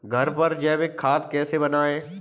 घर पर जैविक खाद कैसे बनाएँ?